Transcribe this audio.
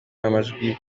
n’amajwi